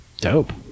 dope